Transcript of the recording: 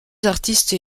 artistes